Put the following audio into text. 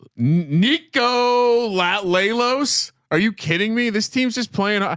nico lat lay lows. are you kidding me? this team's just playing. ah